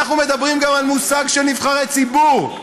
אנחנו מדברים גם על מושג של נבחרי ציבור.